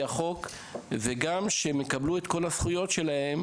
החוק וגם שהם יקבלו את כל הזכויות שלהם,